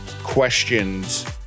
questions